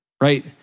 right